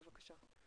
בבקשה.